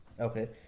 Okay